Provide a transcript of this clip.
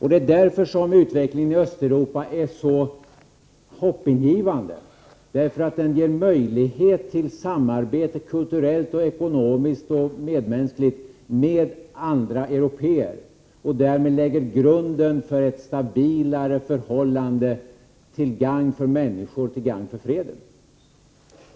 Det är därför som utvecklingen i Östeuropa är så hoppingivande. Den ger nu möjligheter till samarbete, såväl kulturellt och ekonomiskt som medmänskligt, med andra europeer. Därmed läggs grunden för ett stabilare förhållande — till gagn både för människor och för freden.